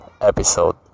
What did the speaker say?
episode